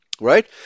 right